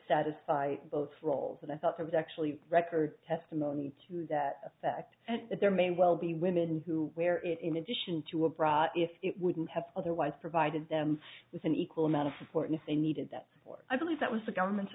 satisfy both roles and i thought there was actually record testimony to that effect and that there may well be women who wear it in addition to a profit it wouldn't have otherwise provided them with an equal amount of support if they needed that i believe that was the government's